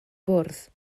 bwrdd